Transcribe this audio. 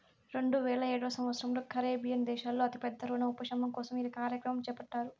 రెండువేల ఏడవ సంవచ్చరంలో కరేబియన్ దేశాల్లో అతి పెద్ద రుణ ఉపశమనం కోసం ఈ కార్యక్రమం చేపట్టారు